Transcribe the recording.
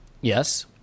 Yes